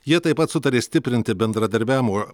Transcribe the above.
jie taip pat sutarė stiprinti bendradarbiavimą